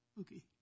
Okay